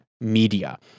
media